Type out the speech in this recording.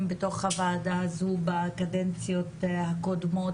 בתוך הוועדה הזו בקדנציות הקודמות,